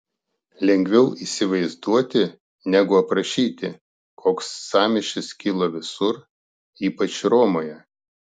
lengviau įsivaizduoti negu aprašyti koks sąmyšis kilo visur ypač romoje